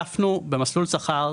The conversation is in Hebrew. הוספנו ב"מסלול שכר",